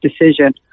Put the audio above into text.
decision